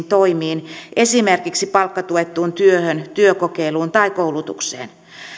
toimiin esimerkiksi palkkatuettuun työhön työkokeiluun tai koulutukseen